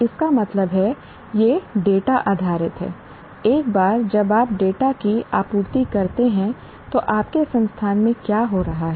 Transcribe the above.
इसका मतलब है यह डेटा आधारित है एक बार जब आप डेटा की आपूर्ति करते हैं तो आपके संस्थान में क्या हो रहा है